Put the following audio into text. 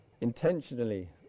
intentionally